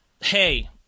hey